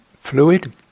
fluid